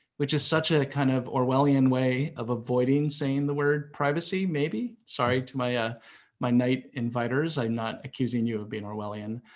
which is such a kind of orwellian way of avoiding saying the word privacy, maybe. sorry to my ah my knight inviters, i'm not accusing you of being orwellian.